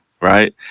Right